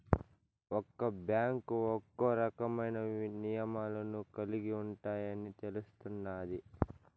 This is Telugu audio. ఒక్క బ్యాంకు ఒక్కో రకమైన నియమాలను కలిగి ఉంటాయని తెలుస్తున్నాది